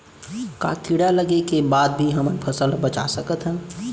का कीड़ा लगे के बाद भी हमन फसल ल बचा सकथन?